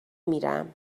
میرم